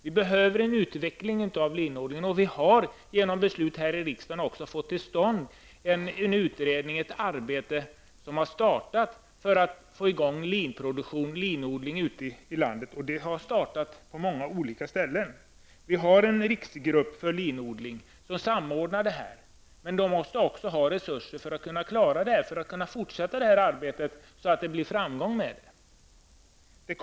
Vi behöver en utveckling av linodlingen. Vi har också genom beslut här i riksdagen fått till stånd ett arbete för att få i gång linproduktionen ute i landet. Linodling har startats på många olika ställen. Vi har en riksgrupp för linodling som samordnar arbetet. Men den måste ha resurser för att kunna fortsätta sitt arbete så att det blir framgångsrikt.